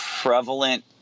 prevalent